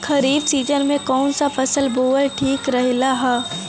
खरीफ़ season में कौन फसल बोअल ठिक रहेला ह?